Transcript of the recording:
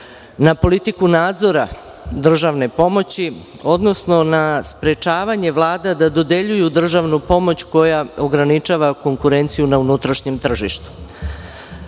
na politiku nadzora državne pomoći, odnosno na sprečavanje vlada da dodeljuju državnu pomoć koja ograničava konkurenciju na unutrašnjem tržištu. Svesni